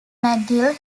mcgill